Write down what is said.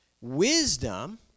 wisdom